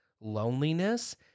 loneliness